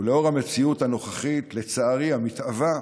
ולצערי, לאור המציאות הנוכחית, המתהווה,